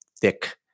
thick